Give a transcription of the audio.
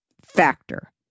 Factor